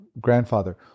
grandfather